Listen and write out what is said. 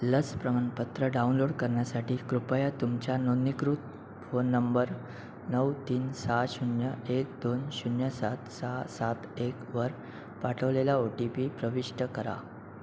लस प्रमाणपत्र डाउनलोड करण्यासाठी कृपया तुमच्या नोंदणीकृत फोन नंबर नऊ तीन सहा शून्य एक दोन शून्य सात सहा सात एकवर पाठवलेला ओ टी पी प्रविष्ट करा